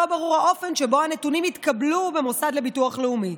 לא ברור האופן שבו הנתונים התקבלו במוסד לביטוח לאומי.